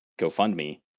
GoFundMe